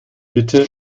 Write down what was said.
bitte